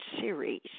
series